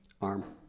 Arm